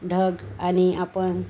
ढग आणि आपण